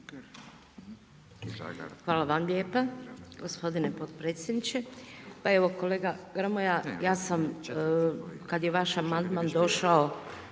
Hvala vam lijepa gospodine potpredsjedniče. Pa evo kolega Grmoja, ja sam kada je vaš amandman došao